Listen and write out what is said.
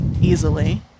easily